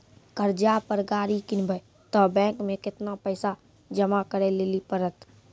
कर्जा पर गाड़ी किनबै तऽ बैंक मे केतना पैसा जमा करे लेली पड़त?